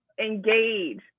engage